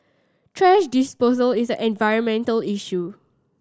thrash disposal is an environmental issue